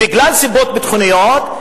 בגלל סיבות ביטחוניות,